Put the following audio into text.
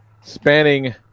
spanning